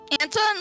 Anton